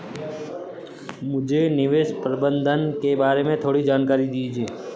मुझे निवेश प्रबंधन के बारे में थोड़ी जानकारी दीजिए